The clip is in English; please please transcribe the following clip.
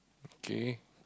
okay